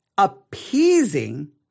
appeasing